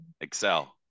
Excel